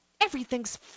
everything's